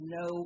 no